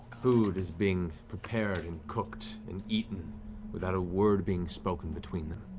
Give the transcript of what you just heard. food is being prepared, and cooked, and eaten without a word being spoken between them.